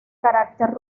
carácter